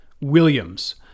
williams